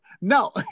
no